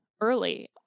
early